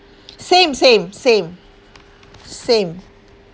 same same same same